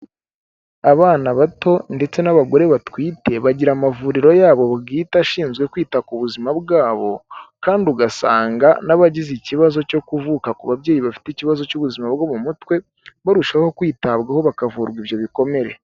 Abana bato ndetse n'abagore batwite, bagira amavuriro yabo bwite ashinzwe kwita ku buzima bwabo, kandi ugasanga n'abagize ikibazo cyo kuvuka ku babyeyi bafite ikibazo cy'ubuzima bwo mu mutwe, barushaho kwitabwaho bakavurwa ibyo bikomere.